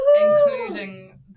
including